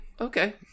Okay